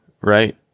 right